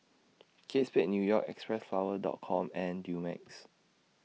Kate Spade New York Xpressflower Dot Com and Dumex